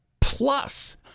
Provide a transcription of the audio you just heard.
Plus